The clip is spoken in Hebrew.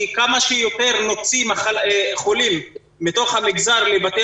כי כמה שיותר נוציא חולים מתוך המגזר לבתי